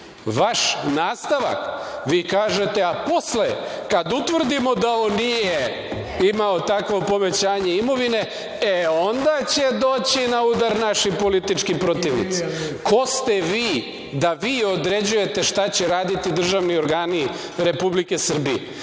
Vaš nastavak, vi kažete – a posle kada utvrdimo da on nije imao takvo povećanje imovine, e onda će doći na udar naši politički protivnici. Ko ste vi da vi određujete šta će raditi državni organi Republike Srbije?